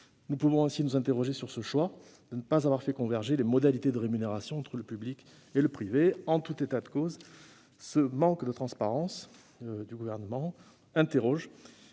Nous pouvons nous interroger sur le choix de ne pas avoir fait converger les modalités de rémunération entre le public et le privé. En tout état de cause, ce manque de transparence du Gouvernement pose